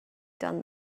done